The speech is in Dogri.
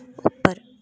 उप्पर